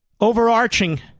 overarching